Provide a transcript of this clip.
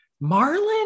Marlin